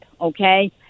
okay